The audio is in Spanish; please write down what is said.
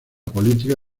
política